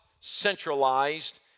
centralized